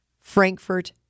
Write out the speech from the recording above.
Frankfurt